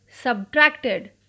subtracted